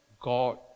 God